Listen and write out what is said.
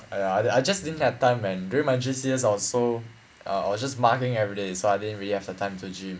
!aiya! I just didn't have time man during my J_C days I was so I was just mugging everyday so I didn't really have the time to gym